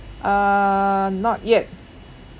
err not yet